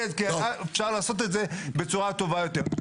אפשר לעשות את זה בצורה טובה יותר.